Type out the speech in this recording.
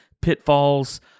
pitfalls